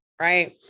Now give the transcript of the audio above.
right